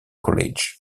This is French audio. college